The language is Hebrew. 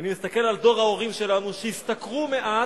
ואני מסתכל על דור ההורים שלנו, שהשתכרו מעט,